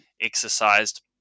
exercised